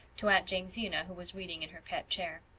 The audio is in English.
to aunt jamesina who was reading in her pet chair.